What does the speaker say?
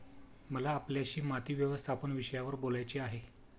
मला आपल्याशी माती व्यवस्थापन विषयावर बोलायचे आहे